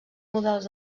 models